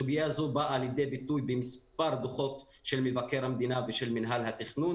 סוגיה זו באה לידי ביטוי במספר דוחות של מבקר המדינה ושל מינהל התכנון.